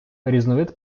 різновид